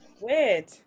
Weird